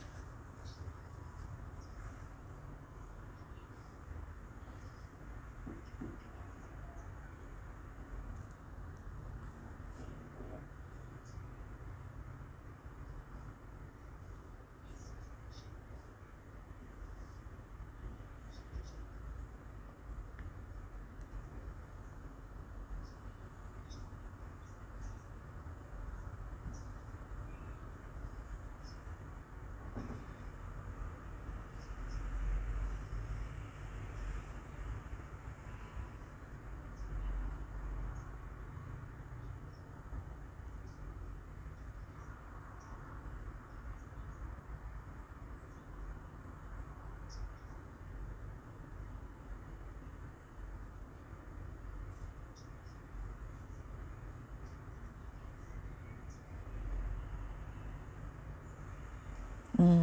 mm